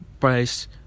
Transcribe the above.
price